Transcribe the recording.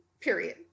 Period